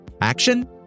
Action